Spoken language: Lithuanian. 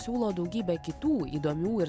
siūlo daugybę kitų įdomių ir